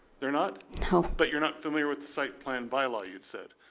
they're not? no. but you're not familiar with the site plan by law you said.